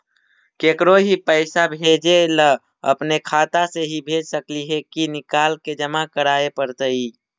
केकरो ही पैसा भेजे ल अपने खाता से ही भेज सकली हे की निकाल के जमा कराए पड़तइ?